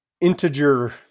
integer